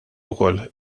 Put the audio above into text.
ukoll